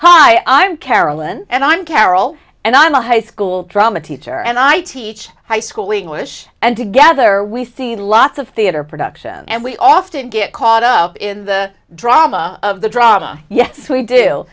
hi i'm carolyn and i'm carol and i'm a high school drama teacher and i teach high school english and together we see lots of theater production and we often get caught up in the drama of the drama yes we do